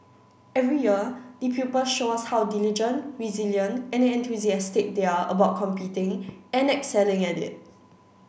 every year the pupils show us how diligent resilient and enthusiastic they are about competing and excelling at it